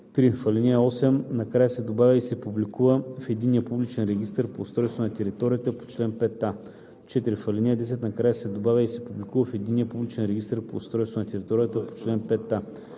3. В ал. 8 накрая се добавя „и се публикува в Единния публичен регистър по устройство на територията по чл. 5а“. 4. В ал. 10 накрая се добавя „и се публикува в Единния публичен регистър по устройство на територията по чл. 5а“.